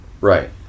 right